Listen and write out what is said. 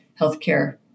healthcare